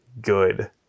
good